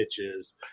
bitches